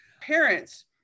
parents